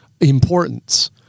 importance